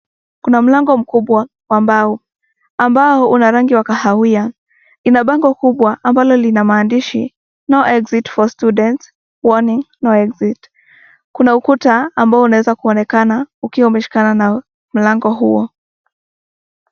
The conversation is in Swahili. Kuna mlango mkubwa wa mbao ambao una rangi ya kahawia. Kuna lango kubwa ambalo lina maandishi no exit for students .Kuna ukuta ambao unaweza kuonekana ukiwa umeshikana na mlango huo.